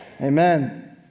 Amen